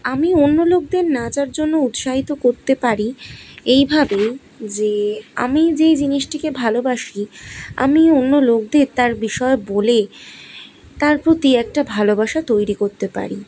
আমি অন্য লোকদের নাচার জন্য উৎসাহিত করতে পারি এইভাবেই যে আমি যে জিনিসটিকে ভালোবাসি আমি অন্য লোকদের তার বিষয়ে বলে তার প্রতি একটা ভালোবাসা তৈরি করতে পারি